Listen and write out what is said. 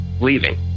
leaving